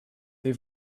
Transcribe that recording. they